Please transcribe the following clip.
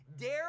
Dare